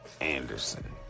Anderson